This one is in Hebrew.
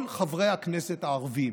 כל חברי הכנסת הערבים,